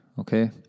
Okay